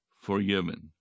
forgiven